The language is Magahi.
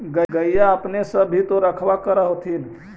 गईया अपने सब भी तो रखबा कर होत्थिन?